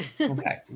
Okay